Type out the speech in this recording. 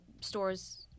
stores